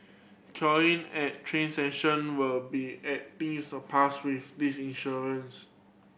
cursing at train session will be end be surpass with this insurance